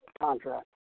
contract